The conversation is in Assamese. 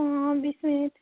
অঁ বিছ মিনিট